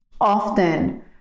often